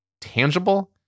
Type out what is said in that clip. tangible